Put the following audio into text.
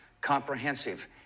comprehensive